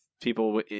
people